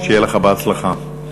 שיהיה בהצלחה.